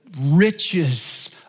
riches